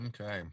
okay